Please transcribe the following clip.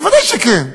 ודאי שכן.